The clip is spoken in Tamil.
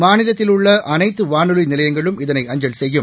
மாநிலத்தில் உள்ள அனைத்து வானொலி நிலையங்களும் இதனை அஞ்சல் செய்யும்